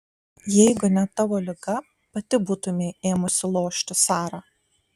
jeigu ne tavo liga pati būtumei ėmusi lošti sara